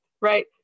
right